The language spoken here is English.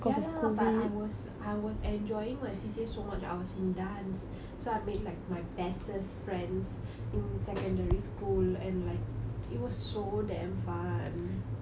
ya lah but I was I was enjoying my C_C_A so much I was in dance so I made like my bestest friends in secondary school and like it was so damn fun